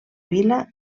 vila